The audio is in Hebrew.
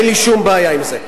אין לי שום בעיה עם זה.